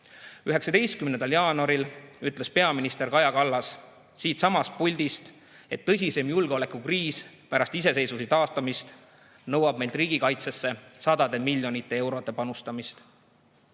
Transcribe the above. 19. jaanuaril ütles peaminister Kaja Kallas siitsamast puldist, et tõsiseim julgeolekukriis pärast iseseisvuse taastamist nõuab meilt riigikaitsesse sadade miljonite eurode panustamist.